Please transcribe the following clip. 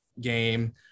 game